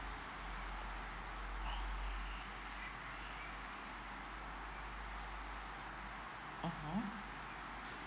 mmhmm